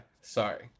sorry